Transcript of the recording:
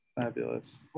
Fabulous